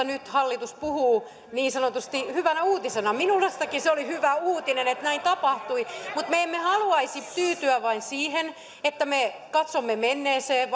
nyt hallitus puhuu niin sanotusti hyvänä uutisena minustakin se oli hyvä uutinen että näin tapahtui mutta me emme haluaisi tyytyä vain siihen että me katsomme menneeseen